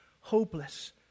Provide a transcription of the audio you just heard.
hopeless